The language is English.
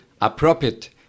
appropriate